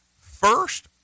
first